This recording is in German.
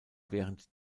während